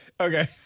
Okay